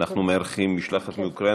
אנחנו מארחים משלחת מאוקראינה.